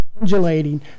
undulating